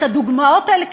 את הדוגמאות האלה,